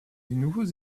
nouveaux